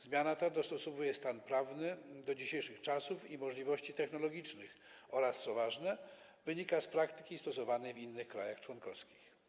Zmiana ta dostosowuje stan prawny do dzisiejszych czasów i możliwości technologicznych oraz, co ważne, wynika z praktyki stosowanej w innych krajach członkowskich.